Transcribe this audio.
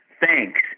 thanks